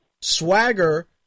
Swagger